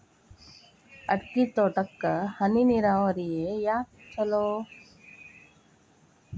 ಅಡಿಕೆ ತೋಟಕ್ಕ ಹನಿ ನೇರಾವರಿಯೇ ಯಾಕ ಛಲೋ?